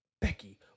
Becky